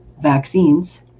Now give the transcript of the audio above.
vaccines